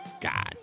God